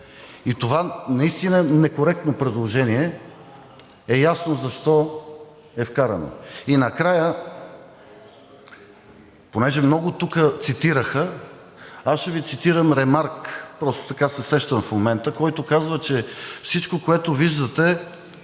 и това наистина некоректно предложение е ясно защо е вкарано. Накрая, понеже много тук цитираха, аз ще Ви цитирам Ремарк – просто така се сещам в момента, който казва, че всичко, което виждате